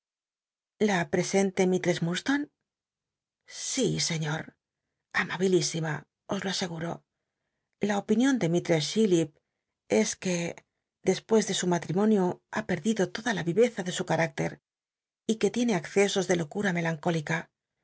la presente mistress munlstone si señot amabilísima os lo aseguro la opipion de mistress chillip es qu e despues de su matrimonio ha perdido toda la vi cza ele su cat icter y que tiene accesos de locura melancólica